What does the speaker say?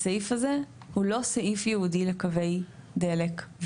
הסעיף הזה הוא לא סעיף ייעודי לקווי דלק,